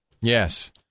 Yes